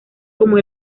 como